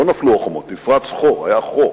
לא נפלו החומות, נפרץ חור, היה חור.